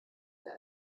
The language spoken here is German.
der